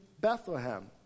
Bethlehem